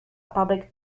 public